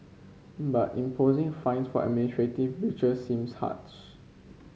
but imposing fines for breaches seems harsh